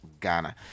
Ghana